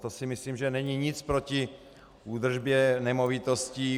To si myslím, že není nic proti údržbě nemovitostí.